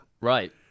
Right